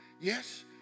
yes